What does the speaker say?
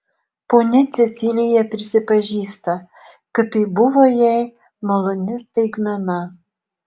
ponia cecilija prisipažįsta kad tai buvo jai maloni staigmena